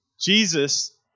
Jesus